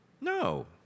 No